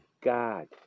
God